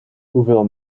hoeveel